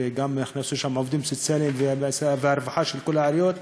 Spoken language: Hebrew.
וגם הכנסנו שם עובדים סוציאליים ואת הרווחה של כל העיריות,